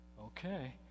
Okay